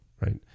right